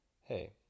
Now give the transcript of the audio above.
hey